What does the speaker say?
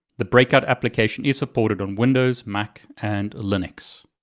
the breakout application is supported on windows, mac and linux.